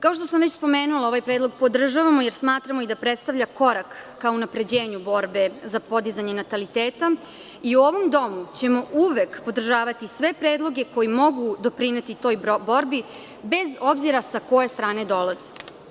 Kao što sam već spomenula ovaj predlog podržavamo, jer smatramo i da predstavlja korak ka unapređenju borbe za podizanje nataliteta i ovom domu ćemo uvek podržavati sve predloge koji mogu doprineti toj borbi bez obzira sa koje strane dolazi.